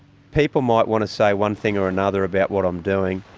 people might want to say one thing or another about what i'm doing,